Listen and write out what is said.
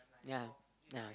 yeah yeah